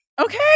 Okay